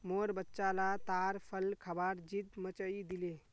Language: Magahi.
मोर बच्चा ला ताड़ फल खबार ज़िद मचइ दिले